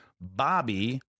Bobby